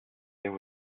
there